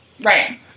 Right